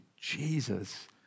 Jesus